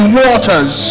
waters